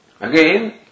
Again